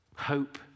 Hope